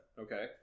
Okay